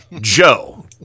Joe